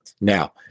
Now